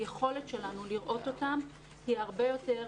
היכולת שלנו לראות אותם היא הרבה יותר